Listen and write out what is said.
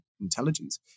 intelligence